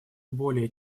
более